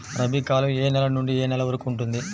రబీ కాలం ఏ నెల నుండి ఏ నెల వరకు ఉంటుంది?